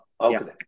Okay